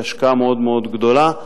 היא השקעה מאוד-מאוד גדולה.